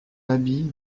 habit